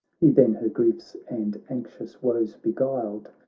he then her griefs and anxious woes beguiled,